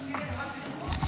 התשפ"ד 2024,